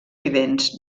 vivents